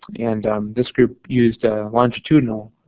and this group used a longitudinal